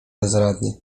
bezradnie